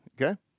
okay